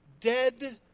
dead